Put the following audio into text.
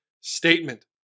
statement